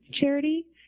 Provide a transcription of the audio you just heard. charity